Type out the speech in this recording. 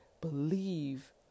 believe